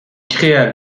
créa